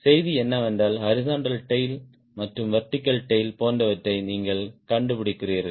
செய்தி என்னவென்றால் horizontal tail மற்றும் வெர்டிகல் டேய்ல் போன்றவற்றை நீங்கள் கண்டுபிடிக்கிறீர்கள்